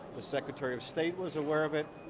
the secretary of state was aware of it.